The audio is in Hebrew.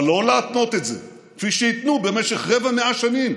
אבל לא להתנות את זה כפי שהתנו במשך רבע מאה שנים.